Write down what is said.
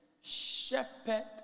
shepherd